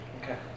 Okay